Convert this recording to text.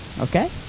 Okay